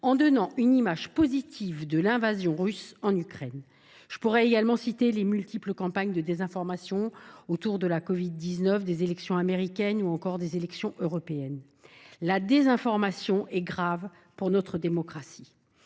en donnant une image positive de l’invasion russe en Ukraine. Je pourrais également citer les multiples campagnes de désinformation autour du covid 19, de l’élection présidentielle américaine ou des élections européennes. La désinformation est grave pour notre démocratie.